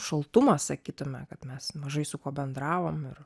šaltumas sakytume kad mes mažai su kuo bendravom ir